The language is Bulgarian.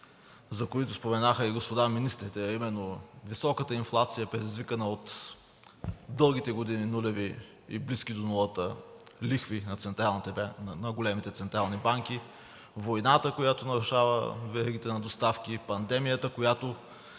за които споменаха и господа министрите, а именно високата инфлация, предизвикана от дългите години нулеви и близки до нулата лихви на големите централни банки; войната, която нарушава веригите на доставки; пандемията, която,